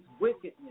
wickedness